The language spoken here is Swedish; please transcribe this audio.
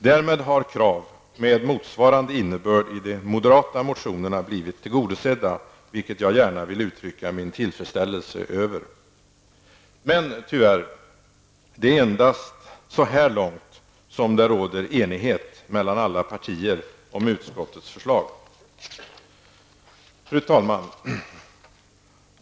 Därmed har kraven med motsvarande innebörd i de moderata motionerna blivit tillgodosedda, vilket jag gärna vill uttrycka min tillfredsställelse över. Men, tyvärr, är det endast så här långt som det råder enighet mellan alla partier om utskottets förslag. Fru talman!